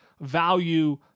value